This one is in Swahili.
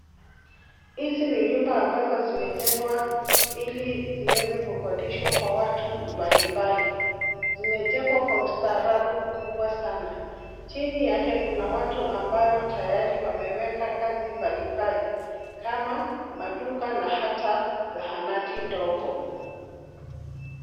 Hizi ni nyumba ambazo zimejengwa ili ziweze kukodishwa kwa watu mbalimbali. Zimejengwa kwa ustaarabu mkubwa sana, chini yake kuna watu ambayo tayari wameweka kazi mbalimbali kama maduka na hata zahanati ndogo.